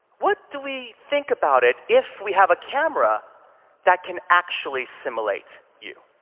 what do we think about it if we have a camera that can actually simulate you?